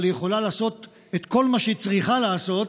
אבל היא יכולה לעשות את כל מה שהיא צריכה לעשות